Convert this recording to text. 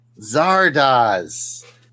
Zardoz